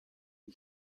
you